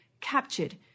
captured